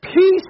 Peace